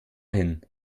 hin